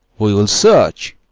we'll search.